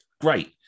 great